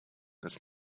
ist